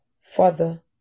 Father